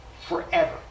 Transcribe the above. forever